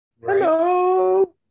hello